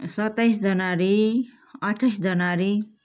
सत्ताइस जनवरी अठ्ठाइस जनवरी